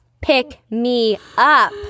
pick-me-up